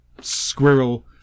squirrel